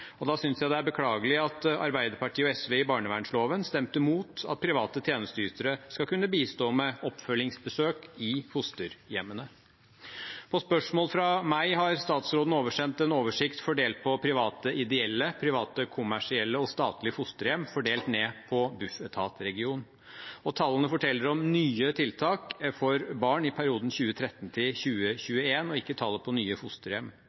Da synes jeg det er beklagelig at Arbeiderpartiet og SV i behandlingen av barnevernsloven stemte mot at private tjenesteytere skal kunne bistå med oppfølgingsbesøk i fosterhjemmene. På spørsmål fra meg har statsråden oversendt en oversikt fordelt på private ideelle, private kommersielle og statlige fosterhjem fordelt ned på Bufetat-region. Tallene forteller om nye tiltak for barn i perioden 2013–2021, ikke om tallet på nye fosterhjem.